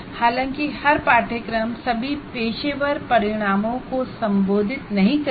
हालांकि हर कोर्स सभी प्रोफैशनल आउटकम को संबोधित नहीं करेगा